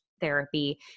therapy